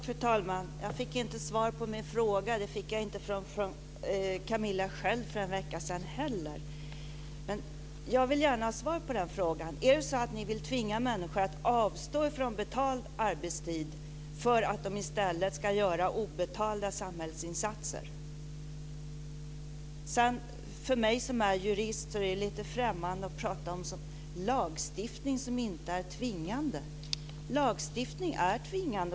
Fru talman! Jag fick inte svar på min fråga. Det fick jag inte från Camilla Sköld Jansson heller för en vecka sedan. Men jag vill gärna ha svar på den frågan. Vill ni tvinga människor att avstå från betald arbetstid för att de i stället ska göra obetalda samhällsinsatser? För mig som är jurist är det lite främmande att tala om lagstiftning som inte är tvingande. Lagstiftning är tvingande.